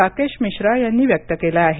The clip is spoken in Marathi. राकेश मिश्रा यांनी व्यक्त केलं आहे